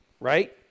Right